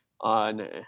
on